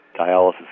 dialysis